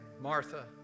Martha